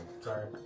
Sorry